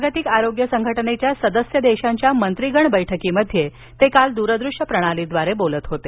जागतिक आरोग्य संघटनेच्या सदस्य देशांच्या मंत्रीगण बैठकीत ते काल दूरदृश्य प्रणालीद्वारे बोलत होते